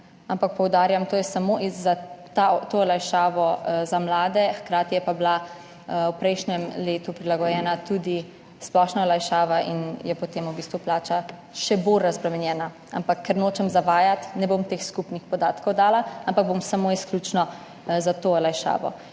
ampak poudarjam, to je samo ta olajšava za mlade, hkrati pa je bila v prejšnjem letu prilagojena tudi splošna olajšava in je potem v bistvu plača še bolj razbremenjena. Ampak ker nočem zavajati, ne bom dala teh skupnih podatkov, ampak bom samo izključno za to olajšavo.